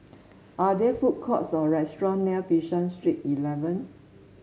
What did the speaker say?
are there food courts or restaurant near Bishan Street Eleven